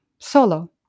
solo